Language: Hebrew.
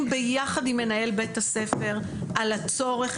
ביחד עם מנהל בית הספר על הצורך,